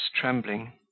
trembling